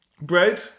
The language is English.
bread